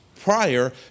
prior